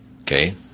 okay